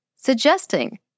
suggesting